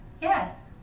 Yes